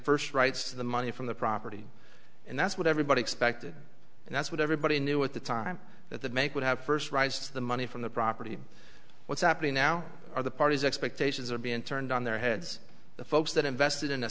first rights the money from the property and that's what everybody expected and that's what everybody knew at the time that the make would have first rights the money from the property what's happening now are the parties expectations are being turned on their heads the folks that invested in